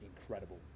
incredible